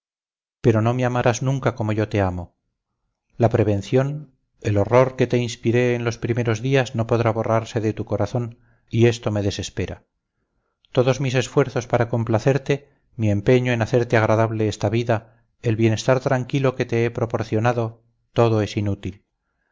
pero no me amarás nunca como yo te amo la prevención el horror que te inspiré en los primeros días no podrá borrarse de tu corazón y esto me desespera todos mis esfuerzos para complacerte mi empeño en hacerte agradable esta vida el bienestar tranquilo que te he proporcionado todo es inútil